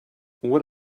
what